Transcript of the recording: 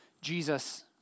Jesus